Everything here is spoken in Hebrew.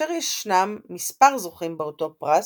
כאשר ישנם מספר זוכים באותו פרס,